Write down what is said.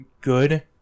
good